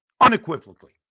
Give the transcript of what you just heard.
unequivocally